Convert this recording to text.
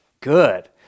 Good